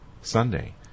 Sunday